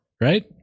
right